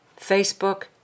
Facebook